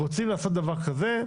רוצים לעשות דבר כזה?